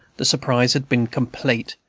the surprise had been complete,